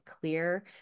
clear